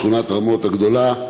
שכונת רמות הגדולה,